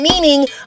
meaning